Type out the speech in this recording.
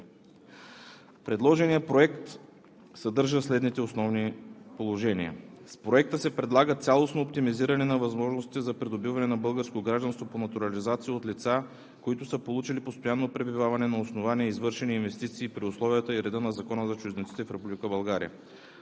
Предложеният проект съдържа следните основни положения: с Проекта се предлага цялостно оптимизиране на възможностите за придобиване на българско гражданство по натурализация от лица, които са получили постоянно пребиваване на основание извършени инвестиции при условията и реда на Закона за чужденците в Република България.